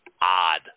odd